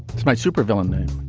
it's my super villain name.